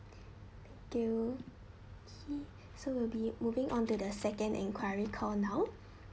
thank you okay so we'll be moving on to the second enquiry call now